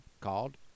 called